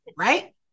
Right